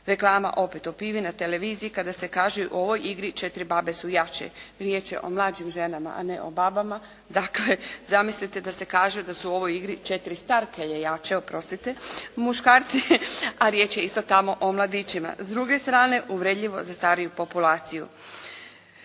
reklama opet o pivi na televiziji kada se kaže u ovoj igri četiri babe su jače, riječ je o mlađim ženama a ne o babama, dakle zamislite da se kaže da su u ovoj igri četiri starkelje jače oprostite muškarci, a riječ je isto tamo o mladićima. S druge strane uvredljivo za stariju populaciju.